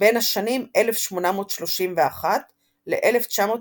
בין השנים 1831 ל-1925.